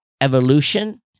evolution